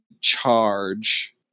charge